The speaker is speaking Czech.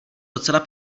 docela